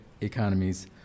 economies